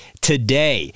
today